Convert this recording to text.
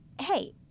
Hey